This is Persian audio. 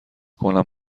کنم